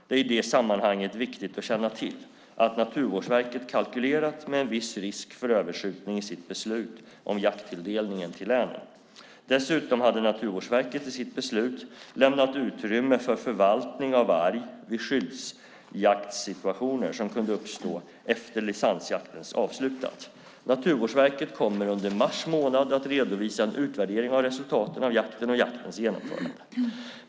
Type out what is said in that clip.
Det är i det sammanhanget viktigt att känna till att Naturvårdsverket kalkylerat med en viss risk för överskjutning i sitt beslut om jakttilldelningen till länen. Dessutom hade Naturvårdsverket i sitt beslut lämnat utrymme för förvaltning av varg vid skyddsjaktssituationer som kunde uppstå efter licensjaktens avslut. Naturvårdsverket kommer under mars månad att redovisa en utvärdering av resultatet av jakten och jaktens genomförande.